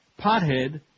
pothead